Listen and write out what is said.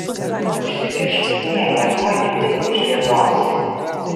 užsikišk sniege tuoj kitaip užgiedosi